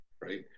Right